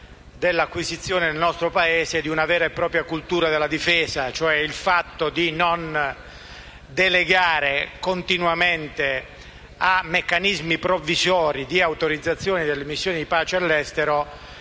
dell'acquisizione nel nostro Paese di una vera e propria cultura della difesa. Il fatto di non delegare continuamente a meccanismi provvisori l'autorizzazione delle missioni di pace all'estero